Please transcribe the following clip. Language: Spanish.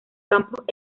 campos